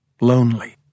lonely